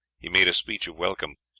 he made a speech of welcome,